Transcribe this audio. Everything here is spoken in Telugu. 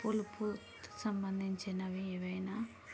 పులుపు సంబంధించినవి ఏమైన